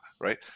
right